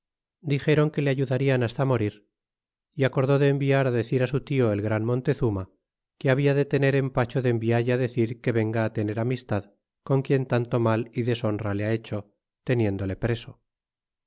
dixeron que le ayudarian hasta morir é acordó de enviar decir su tio el gran montezuma que habia de tener empacho de envialle decir que venga tener amistad con quien tanto mal y deshonra le ha hecho teniéndole preso